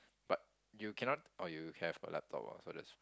but you cannot oh you have a laptop so that's